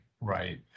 Right